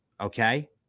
okay